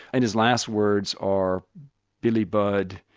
and his last words are billy budd,